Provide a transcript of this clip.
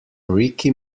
ricky